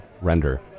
render